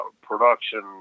production